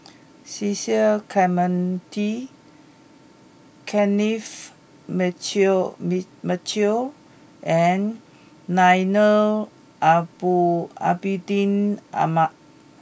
Cecil Clementi Kenneth Mitchell meat Mitchell and Abidin Ahmad